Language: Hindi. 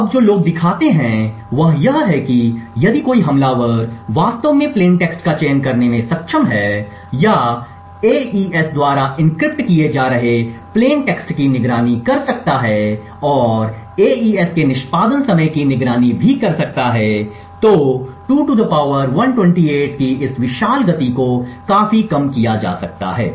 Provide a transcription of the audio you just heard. अब जो लोग दिखाते हैं वह यह है कि यदि कोई हमलावर वास्तव में प्लेन टेक्स्ट का चयन करने में सक्षम है या एईएस द्वारा एन्क्रिप्ट किए जा रहे प्लेन टेक्स्ट की निगरानी कर सकता है और एईएस के निष्पादन समय की निगरानी भी कर सकता है तो 2 128 की इस विशाल गति को काफी कम किया जा सकता है